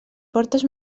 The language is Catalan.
portes